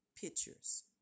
pictures